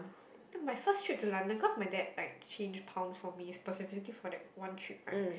my first trip to London cause my dad like changed pounds for me specifically for that one trip right